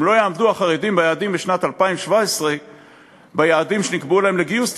אם לא יעמדו החרדים בשנת 2017 ביעדים שנקבעו להם לגיוס,